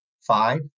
five